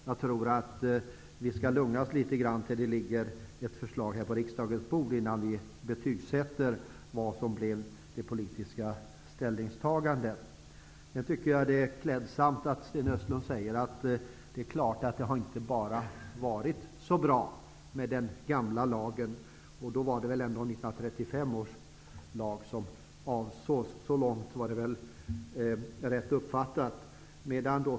Jag tror att vi skall lugna oss tills det ligger ett förslag på riksdagens bord innan vi betygsätter det politiska ställningstagandet. Det är klädsamt att Sten Östlund säger att den gamla lagen inte bara var bra. Om jag uppfattade det rätt, var det väl 1935 års lag som avsågs.